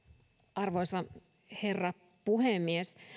arvoisa herra puhemies